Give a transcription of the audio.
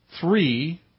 three